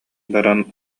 баран